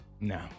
No